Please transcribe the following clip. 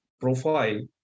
profile